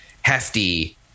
hefty